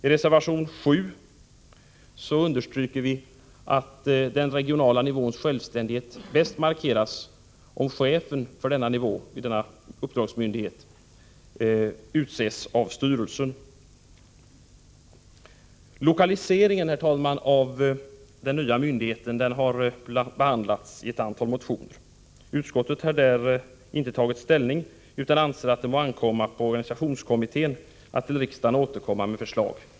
I reservation 7 understryker vi att den regionala nivåns självständighet bäst markeras om chefen på denna nivå utses av styrelsen. Lokaliseringen av den nya myndigheten har behandlats i ett antal motioner. Utskottet tar inte ställning i den frågan utan anser att det må ankomma på organisationskommittén att återkomma till riksdagen med nytt förslag.